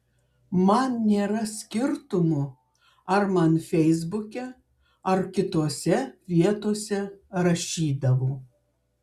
man nėra skirtumo ar man feisbuke ar kitose vietose rašydavo